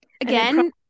Again